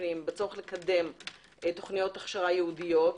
פנים בצורך לקדם תוכניות הכשרה ייעודיות.